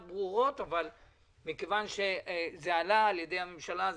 ברורות אבל מכיוון שזה עלה על ידי הממשלה,